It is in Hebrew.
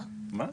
מה?